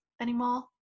anymore